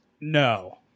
no